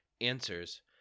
answers